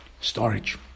storage